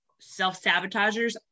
self-sabotagers